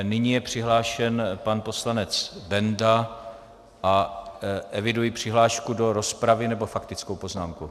Nyní je přihlášen pan poslanec Benda a eviduji přihlášku do rozpravy nebo faktickou poznámku?